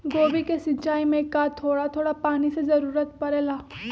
गोभी के सिचाई में का थोड़ा थोड़ा पानी के जरूरत परे ला?